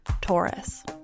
Taurus